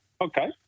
okay